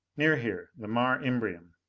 near here. the mare imbrium.